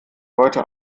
heute